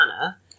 Anna